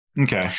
Okay